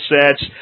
sets